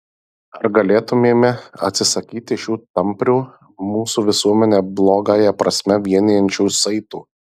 ar galėtumėme atsisakyti šių tamprių mūsų visuomenę blogąją prasme vienijančių saitų